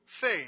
faith